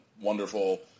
wonderful